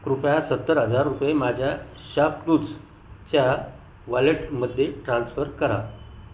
कृपया सत्तर हजार रुपये माझ्या शॉपक्लूजच्या वॉलेटमध्ये ट्रान्सफर करा